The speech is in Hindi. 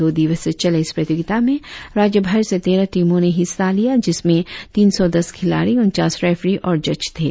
दो दिवसीय चले इस प्रतियोगिता में राज्य भर से तेरह टीमों ने हिस्सा लिया जिसमें तीन सौ दस खिलाड़ी उनचास रेफ्री और जज थे